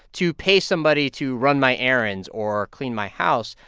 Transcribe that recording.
to pay somebody to run my errands or clean my house,